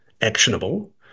actionable